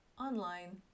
online